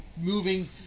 moving